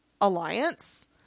alliance